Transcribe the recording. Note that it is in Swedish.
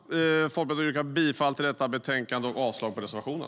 Folkpartiet yrkar bifall till förslaget i betänkandet och avslag på reservationen.